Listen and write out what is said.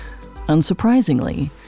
Unsurprisingly